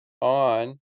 on